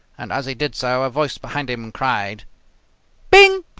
and, as he did so, a voice behind him cried bing!